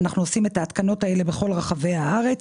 אנחנו עושים את ההתקנות האלה בכל רחבי הארץ.